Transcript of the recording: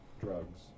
drugs